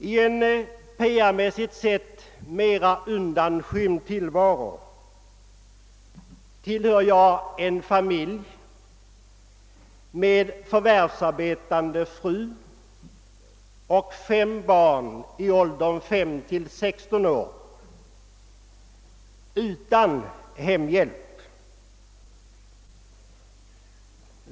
I en PR-mässigt sett mera undanskymd tillvaro tillhör jag en familj med förvärvsarbetande fru och fem barn i åldern 5—16 år utan hemhjälp.